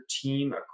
team